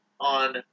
on